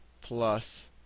plus